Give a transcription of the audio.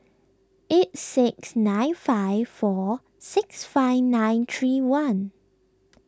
eight six nine five four six five nine three one